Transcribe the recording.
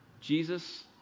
Jesus